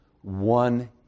one